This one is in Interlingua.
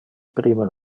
prime